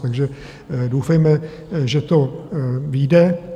Takže doufejme, že to vyjde.